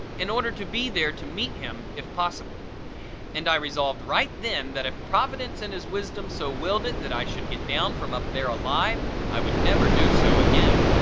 in order to be there to meet him if possible and i resolved right then that, if providence in his wisdom so willed it that i should get down from up there alive, i would never do so again.